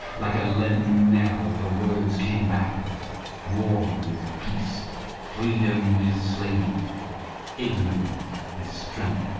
like a leaden knell the words came back at him war is peace freedom is slavery ignorance is strength